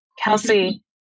Kelsey